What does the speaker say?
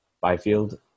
Byfield